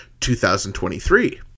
2023